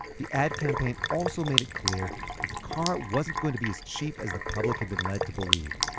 the ad campaign also made it clear that the car wasn't going to be as cheap as the public had been led to believe.